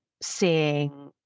seeing